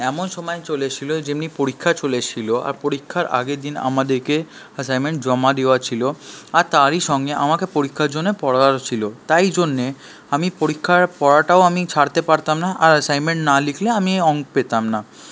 এমন সময় চলে এসছিলো যেমনি পরীক্ষা চলে এসছিল আর পরীক্ষার আগের দিন আমাদেরকে অ্যাসাইনমেন্ট জমা দেওয়ার ছিল আর তারই সঙ্গে আমাকে পরীক্ষার জন্যে পড়ারও ছিলো তাই জন্যে আমি পরীক্ষার পড়াটাও আমি ছাড়তে পারতাম না আর অ্যাসাইনমেন্ট না লিখলে আমি পেতাম না